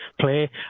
play